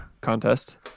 contest